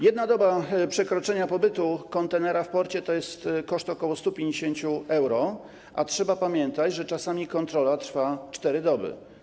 Jedna doba przekroczenia pobytu kontenera w porcie to jest koszt ok. 150 euro, a trzeba pamiętać, że czasami kontrola trwa 4 doby.